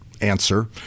answer